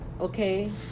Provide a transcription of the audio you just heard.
okay